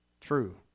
True